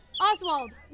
Oswald